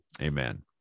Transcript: amen